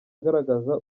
agaragaza